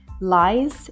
lies